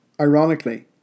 Ironically